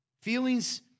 Feelings